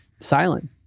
silent